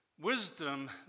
wisdom